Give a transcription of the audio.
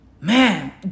Man